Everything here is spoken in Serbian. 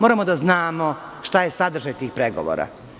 Moramo da znamo šta je sadržaj tih pregovora.